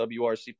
wrc